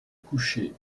coucher